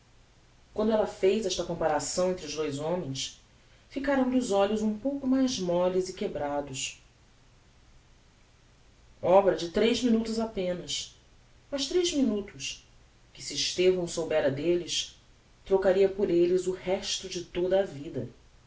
quando ella fez esta comparação entre os dous homens ficaram lhe os olhos um pouco mais molles e quebrados obra de tres minutos apenas mas tres minutos que se estevão soubera delles trocaria por elles o resto de toda a vida